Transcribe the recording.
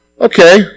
okay